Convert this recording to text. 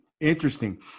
Interesting